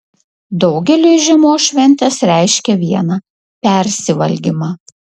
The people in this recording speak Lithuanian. daugeliui žiemos šventės reiškia viena persivalgymą